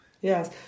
Yes